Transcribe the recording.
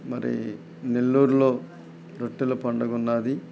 మరి నెల్లూరులో రొట్టెల పండుగ ఉంది